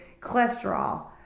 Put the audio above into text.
Cholesterol